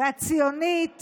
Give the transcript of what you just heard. והציונית